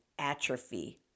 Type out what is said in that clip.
atrophy